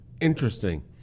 Interesting